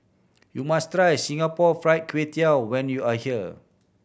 you must try Singapore Fried Kway Tiao when you are here